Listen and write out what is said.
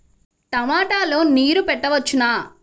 టమాట లో నీరు పెట్టవచ్చునా?